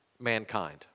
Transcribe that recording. mankind